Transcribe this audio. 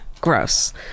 gross